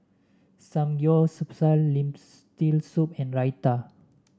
Samgeyopsal Lentil Soup and Raita